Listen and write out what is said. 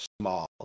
small